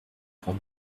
pour